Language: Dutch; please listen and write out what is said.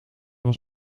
was